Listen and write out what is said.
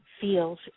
feels